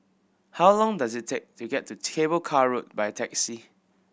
how long does it take to get to Cable Car Road by taxi